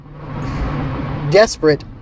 desperate